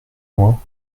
loin